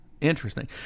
interesting